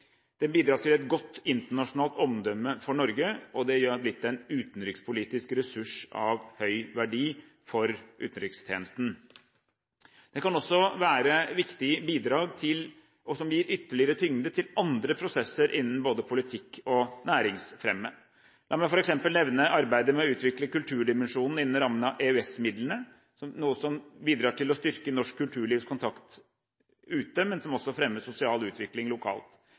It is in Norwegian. Den speiler med andre ord de grunnleggende ideer vårt samfunn bygger på. Det bidrar til et godt internasjonalt omdømme for Norge, og det har blitt en utenrikspolitisk ressurs av høy verdi for utenrikstjenesten. Det kan også være et viktig bidrag som gir ytterligere tyngde til andre prosesser innen både politikk og næringsliv. La meg f.eks. nevne arbeidet med å utvikle kulturdimensjonen innen rammen av EØS-midlene. Det er noe som bidrar til å styrke norsk kulturlivs kontakter ute, men som også fremmer sosial